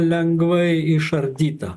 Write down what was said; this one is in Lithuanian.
lengvai išardyta